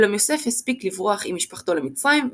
אולם יוסף הספיק לברוח עם משפחתו למצרים,